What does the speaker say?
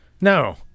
no